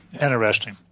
Interesting